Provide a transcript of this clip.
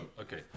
Okay